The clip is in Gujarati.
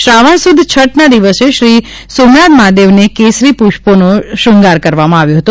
શ્રાવણ સુદ છઠ્ઠના દિવસે શ્રી સોમનાથ મહાદેવને કેસરી પુષ્પોનો શૃંગાર કરવામાં આવ્યો હતો